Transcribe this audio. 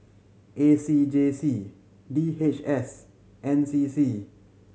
A C J C D H S and N C C